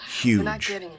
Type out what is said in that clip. huge